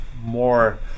more